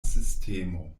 sistemo